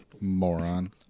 Moron